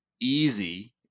easy